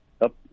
up